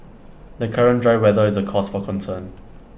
the current dry weather is A cause for concern